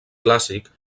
clàssic